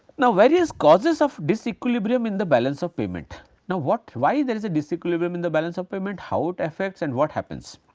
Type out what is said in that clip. now, various causes of disequilibrium in the balance of payment now, what, why there is a disequilibrium in the balance of payment, how it affects and what happens?